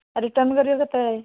ଆଉ ରିଟର୍ଣ୍ଣ କରିବ କେତେବେଳେ